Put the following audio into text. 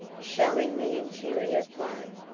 shewing the interior plain,